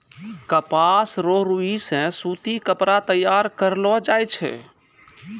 कपास रो रुई से सूती कपड़ा तैयार करलो जाय छै